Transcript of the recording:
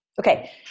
Okay